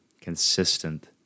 consistent